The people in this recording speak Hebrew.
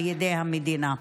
על ידי המדינה.